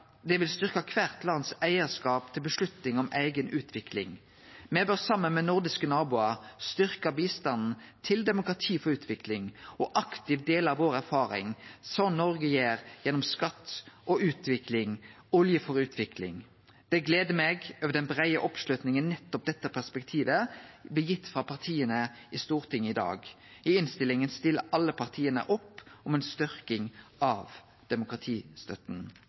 kvart land har til vedtak om eiga utvikling. Me bør saman med nordiske naboar styrkje bistanden til «demokrati for utvikling» og aktivt dele vår erfaring, slik Noreg gjer gjennom «Skatt for utvikling» og «Olje for utvikling». Eg gler meg over den breie oppslutninga nettopp dette perspektivet blei gitt frå partia i Stortinget i dag. I innstillinga stiller alle partia opp om ei styrking av demokratistøtta.